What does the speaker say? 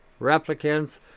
Replicants